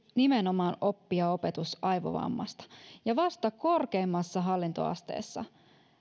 nimenomaan oppi ja opetus aivovammasta ja vasta korkeimmassa hallintoasteessa